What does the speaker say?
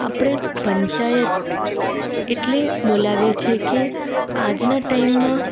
આપણે પંચાયત એટલે બોલાવીએ છીએ કે આજના ટાઈમમાં